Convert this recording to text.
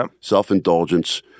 self-indulgence